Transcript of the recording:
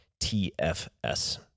TFS